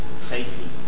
safety